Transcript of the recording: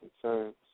concerns